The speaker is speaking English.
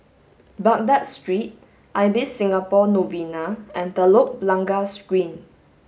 Baghdad Street Ibis Singapore Novena and Telok Blangah Green